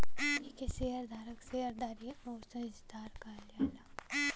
एके शेअर धारक, शेअर धारी आउर साझेदार कहल जा सकेला